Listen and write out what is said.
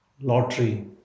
lottery